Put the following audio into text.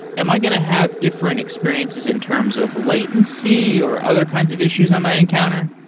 am i going to have different experiences in terms of latency, or other kinds of issues i might encounter?